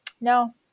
No